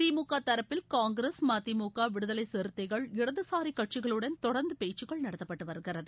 திமுக தரப்பில் காங்கிரஸ் மதிமுக விடுதலை சிறுத்தைகள் இடதுசாரி கட்சிகளுடன் தொடர்ந்து பேச்சுக்கள் நடத்தப்பட்டு வருகிறது